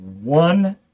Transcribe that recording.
one